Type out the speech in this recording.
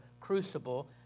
crucible